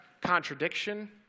contradiction